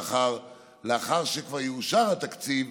לאחר שכבר יאושר התקציב,